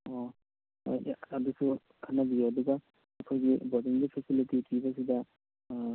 ꯑꯣ ꯑꯗꯨꯁꯨ ꯈꯟꯅꯕꯤꯌꯣ ꯑꯗꯨꯒ ꯑꯩꯈꯣꯏꯒꯤ ꯕꯣꯔꯗꯤꯡꯒꯤ ꯐꯦꯁꯤꯂꯤꯇꯤ ꯄꯤꯕꯁꯤꯗ